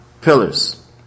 pillars